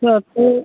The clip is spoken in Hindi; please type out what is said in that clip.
सर तो